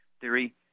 theory